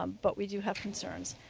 um but we do have concerns.